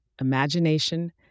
imagination